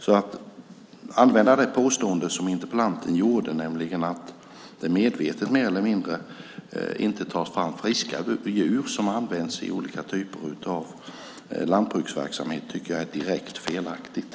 Interpellantens påstående om att man mer eller mindre medvetet avstår från att ta fram friska djur för användning i olika typer av lantbruksverksamhet tycker jag är direkt felaktigt.